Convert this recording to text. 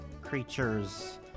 creatures